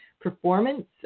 performance